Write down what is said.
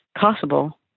possible